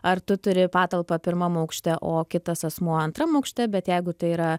ar tu turi patalpą pirmam aukšte o kitas asmuo antram aukšte bet jeigu tai yra